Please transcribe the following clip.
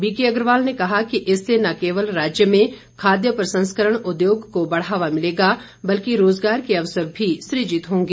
BK Agarwal ने कहा कि इससे न केवल राज्य में खाद्य प्रसंस्करण उद्योग को बढ़ावा मिलेगा बल्कि रोजगार के अवसर भी सृजित होंगे